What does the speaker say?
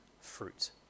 fruit